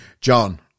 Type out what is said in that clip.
John